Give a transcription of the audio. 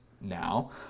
now